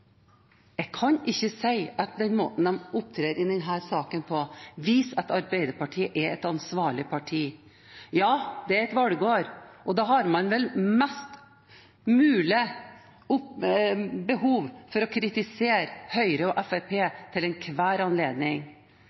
Jeg kan ikke si at måten de opptrer på i denne saken, viser at Arbeiderpartiet er et ansvarlig parti. Ja, det er valgår, og da har man vel behov for å kritisere Høyre og Fremskrittspartiet mest mulig ved enhver anledning.